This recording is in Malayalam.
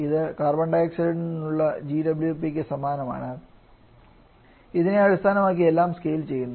ഇത് കാർബൺഡൈഓക്സൈഡിനുള്ള GWP ക്ക് സമാനമാണ് ഇതിനെ അടിസ്ഥാനമാക്കി എല്ലാം സ്കെയിൽ ചെയ്യുന്നു